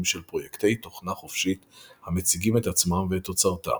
של פרויקטי תוכנה חופשית המציגים את עצמם ואת תוצרתם,